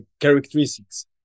characteristics